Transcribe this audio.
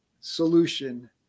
solution